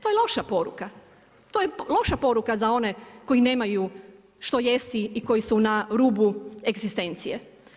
To je loša poruka, to je loša poruka za one koji nemaju što jesti i koji su na rubu egzistencije.